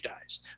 dies